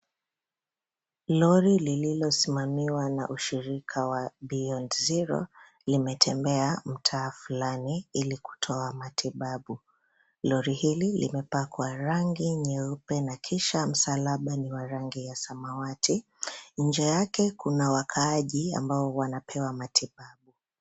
Lori lililosimamiwa na ushirika wa Beyond Zero limetembea mtaa fulani ili kutoa matibabu. Lori hili limepakwa rangi nyeupe na kisha msalaba ni wa rangi ya samawati. Nje yake kuna wakaaji ambao wanapewa matibabu.